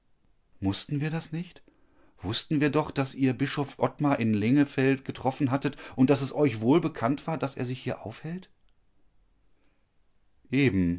mußten wir das nicht wußten wir doch daß ihr bischof ottmar in lengefeld getroffen hattet und daß es euch wohl bekannt war daß er sich hier aufhält eben